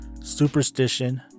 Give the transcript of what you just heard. superstition